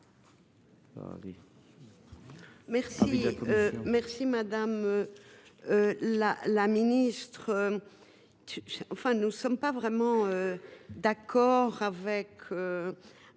Madame la ministre, nous ne sommes pas vraiment d’accord avec